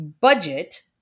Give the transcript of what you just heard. budget